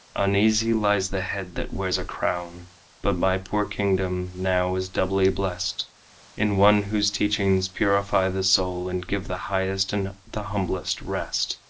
uneasy lies the head that wears a crown but my poor kingdom now is doubly blest in one whose teachings purify the soul and give the highest and the humblest rest,